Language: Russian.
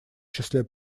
числе